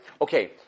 Okay